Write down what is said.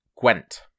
Gwent